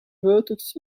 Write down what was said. vertex